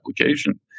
application